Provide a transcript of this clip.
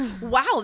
wow